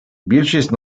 більшість